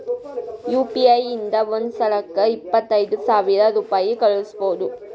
you P I ಇಂದ ಒಂದ್ ಸಲಕ್ಕ ಇಪ್ಪತ್ತೈದು ಸಾವಿರ ರುಪಾಯಿ ಕಳುಸ್ಬೋದು